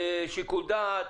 שיקול דעת.